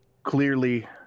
clearly